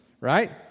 right